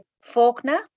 Faulkner